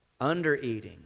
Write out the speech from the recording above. Undereating